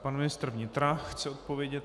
Pan ministr vnitra chce odpovědět.